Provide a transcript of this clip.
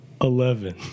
Eleven